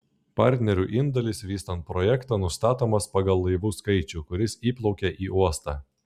partnerių indėlis vystant projektą nustatomas pagal laivų skaičių kuris įplaukia į uostą